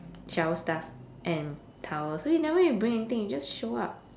shower stuff and towel so you'll never need to bring anything you just show up